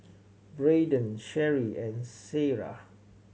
Braydon Sheri and Sierra